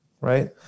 Right